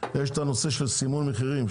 יש את הנושא של סימון מחירים,